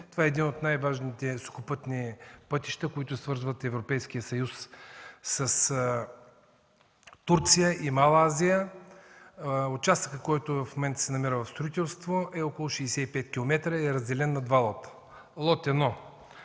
Това е един от най-важните сухоземни пътища, които свързват Европейския съюз с Турция и Мала Азия. Участъкът, който в момента се намира в строителство, е около 65 км и е разделен на два лота: лот 1